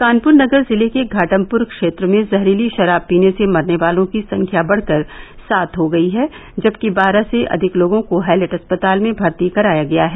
कानपुर नगर जिले के घाटमपुर क्षेत्र में जहरीली शराब पीने से मरने वालों की संख्या बढ़कर सात हो गयी है जबकि बारह से अधिक लोगों को हैलेट अस्पताल में भर्ती कराया गया है